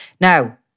Now